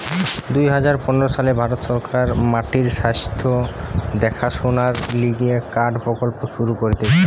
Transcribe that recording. দুই হাজার পনের সালে ভারত সরকার মাটির স্বাস্থ্য দেখাশোনার লিগে কার্ড প্রকল্প শুরু করতিছে